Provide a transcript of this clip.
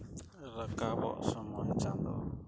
ᱨᱟᱠᱟᱵᱚᱜ ᱥᱚᱢᱚᱭ ᱪᱟᱸᱫᱚ